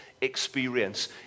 experience